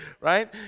Right